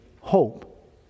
hope